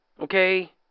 Okay